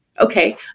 Okay